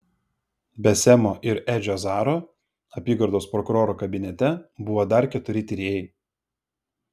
be semo ir edžio zaro apygardos prokuroro kabinete buvo dar keturi tyrėjai